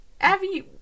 Abby